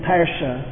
Parsha